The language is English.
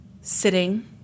sitting